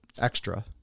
extra